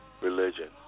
religion